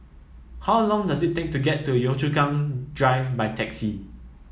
how long does it take to get to Yio Chu Kang Drive by taxi